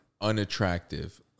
unattractive